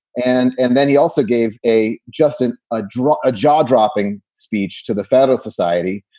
and and then he also gave a justin a draw, a jaw dropping speech to the fatto society,